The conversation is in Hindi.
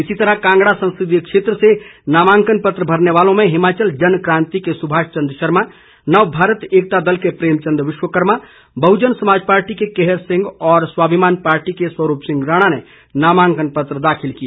इसी तरह कांगड़ा संसदीय क्षेत्र से नामांकन पत्र भरने वालों में हिमाचल जन क्रांति के सुभाष चन्द शर्मा नव भारत एकता दल के प्रेम चन्द विश्वकर्मा बहुजन समाज पार्टी के केहर सिंह और स्वाभिमान पार्टी के स्वरूप सिंह राणा ने नामांकन पत्र दाखिल किए